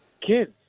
kids